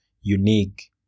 unique